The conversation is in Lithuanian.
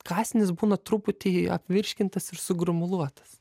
kąsnis būna truputį apvirškintas ir sugrumuluotas